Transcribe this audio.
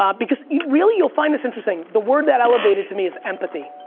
um because really, you'll find this interesting. the word that elevated to me is empathy.